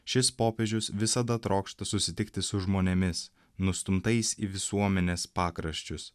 šis popiežius visada trokšta susitikti su žmonėmis nustumtais į visuomenės pakraščius